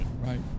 Right